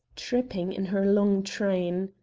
tripping in her long train.